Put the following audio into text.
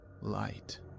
light